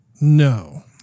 No